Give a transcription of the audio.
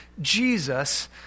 Jesus